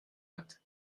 hat